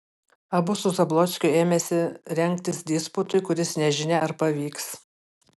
abu su zablockiu ėmėsi rengtis disputui kuris nežinia ar pavyks